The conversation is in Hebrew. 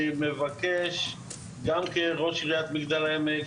אני מבקש גם כראש עיריית מגדל העמק,